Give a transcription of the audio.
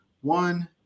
One